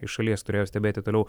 iš šalies turėjo stebėti toliau